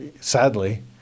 sadly